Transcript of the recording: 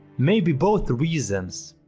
maybe both reasons?